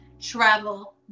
travel